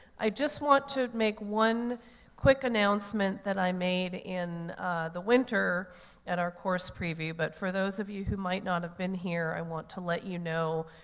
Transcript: i just want to make one quick announcement that i made in the winter at our course preview. but for those of you who might not have been here, i want to let you know